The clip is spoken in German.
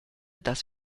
das